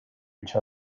each